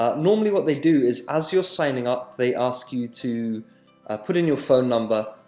ah normally, what they do is, as you're signing up, they ask you to put in your phone number,